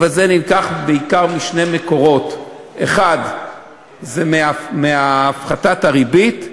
הכסף הזה נלקח בעיקר משני מקורות: האחד זה מהפחתת הריבית,